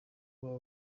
baba